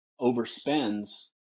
overspends